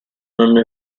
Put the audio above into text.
hanno